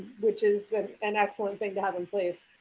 which is an excellent thing to have in place.